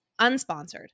unsponsored